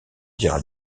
dire